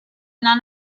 none